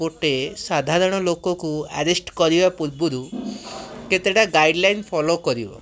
ଗୋଟେ ସାଧାରଣ ଲୋକକୁ ଆରେଷ୍ଟ କରିବା ପୂର୍ବରୁ କେତେଟା ଗାଇଡ଼୍ଲାଇନ୍ ଫୋଲୋ କରିବ